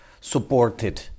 Supported